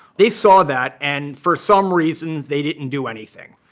they saw that. and for some reasons, they didn't do anything.